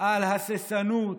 על הססנות,